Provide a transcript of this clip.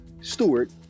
Stewart